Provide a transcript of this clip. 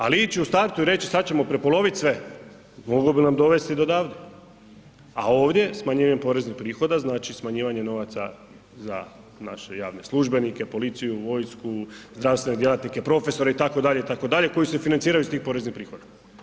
Ali ići u startu i reći sad ćemo prepolovit sve moglo bi nam dovesti do davde, a ovdje smanjenjem poreznih prihoda, znači smanjivanjem novaca za naše javne službenike, policiju, vojsku, zdravstvene djelatnike, profesore itd., itd. koji se financiraju s tim poreznim prihodima.